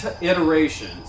iterations